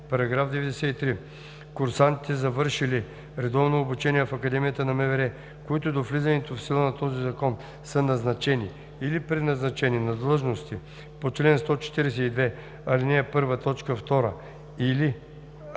§ 93. „§ 93. Курсантите, завършили редовно обучение в Академията на МВР, които до влизането в сила на този закон са назначени или преназначени на длъжности по чл. 142, ал. 1, т. 2 или